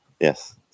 Yes